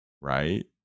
right